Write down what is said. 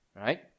right